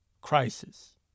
crisis